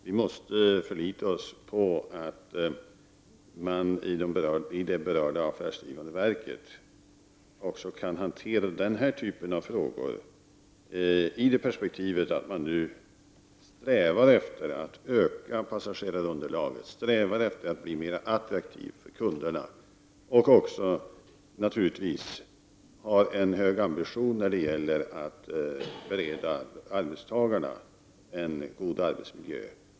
Vi måste förlita oss på att man i det berörda affärsdrivande verket också kan hantera denna typ av frågor i det perspektivet att man nu strävar efter att öka passagerarunderlaget, att bli mera attraktiv för kunderna och att ha en hög ambition när det gäller att bereda arbetstagarna en god arbetsmiljö.